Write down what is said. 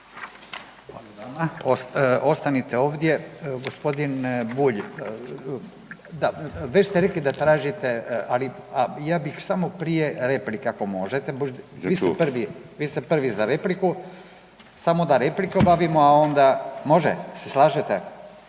Ostanite ovdje, gospodin Bulj, da već ste rekli da tražite, ali ja bih samo prije replika ako možete, vi ste prvi za repliku, samo da repliku obavimo, a onda, može, jel se slažete?